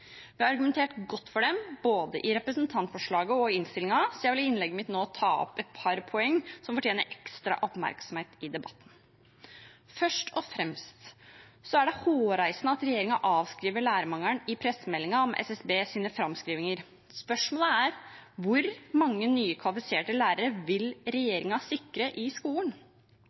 Vi har argumentert godt for dem både i representantforslaget og i innstillingen, så jeg vil i innlegget mitt nå ta opp et par poeng som fortjener ekstra oppmerksomhet i debatten. Først og fremst er det hårreisende at regjeringen avskriver lærermangelen i pressemeldingen om SSBs framskrivinger. Spørsmålet er: Hvor mange nye kvalifiserte lærere vil regjeringen sikre i skolen?